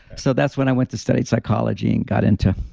so, that's when i went to study psychology and got into